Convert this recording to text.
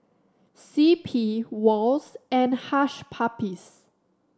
C P Wall's and Hush Puppies